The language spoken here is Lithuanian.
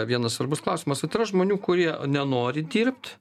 vienas svarbus klausimas vat yra žmonių kurie nenori dirbt